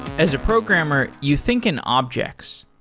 as a programmer, you think an object.